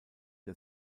der